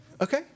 okay